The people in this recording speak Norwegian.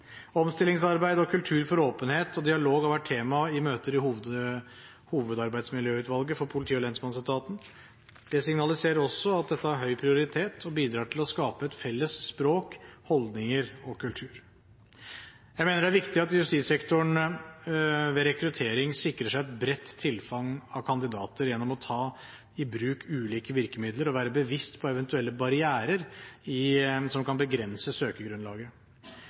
Omstillingsarbeid og kultur for åpenhet og dialog har vært tema i møter i hovedarbeidsmiljøutvalget for politi- og lensmannsetaten. Det signaliserer også at dette har høy prioritet og bidrar til å skape felles språk, holdninger og kultur. Jeg mener det er viktig at justissektoren ved rekruttering sikrer seg et bredt tilfang av kandidater gjennom å ta i bruk ulike virkemidler og være bevisst på eventuelle barrierer som kan begrense søkergrunnlaget.